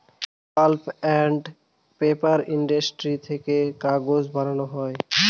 pulp and paper industry থেকে কাগজ বানানো হয়